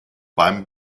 beim